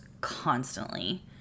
constantly